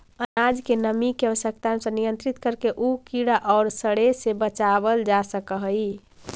अनाज के नमी के आवश्यकतानुसार नियन्त्रित करके उ कीड़ा औउर सड़े से बचावल जा सकऽ हई